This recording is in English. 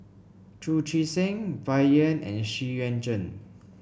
Chu Chee Seng Bai Yan and Xu Yuan Zhen